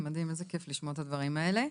פשוט מדהים, איזה כייף לשמוע את הדברים האלה.